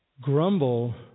grumble